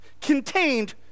contained